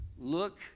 Look